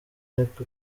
niko